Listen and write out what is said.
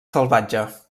salvatge